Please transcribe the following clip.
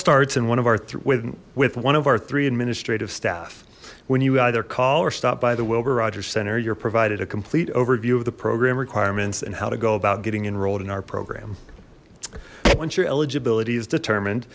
starts in one of our with one of our three administrative staff when you either call or stop by the wilber rogers center you're provided a complete overview of the program requirements and how to go about getting enrolled in our program once your eligibility is determined